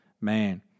man